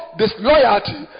disloyalty